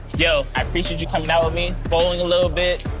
yo, i appreciate you comin' out with me, bowling a lil' bit,